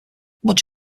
much